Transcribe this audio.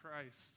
Christ